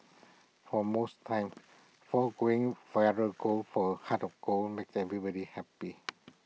for most times foregoing viral gold for A heart of gold makes everybody happy